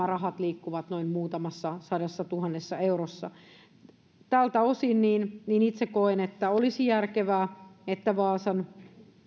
rahat liikkuvat noin muutamassa sadassatuhannessa eurossa tältä osin itse koen että olisi järkevää että vaasan